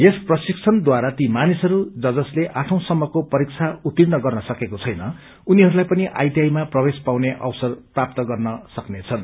यस प्रशिक्षणद्वारा तीन मानिसहरू ज जसले आठौँ सम्मको परीक्षा उर्तीण गर्न सकेको छैन उनीहरूलाई पनि आइटीआइमा प्रवेश पाउने अवसर प्राप्त गर्न सक्नेछन्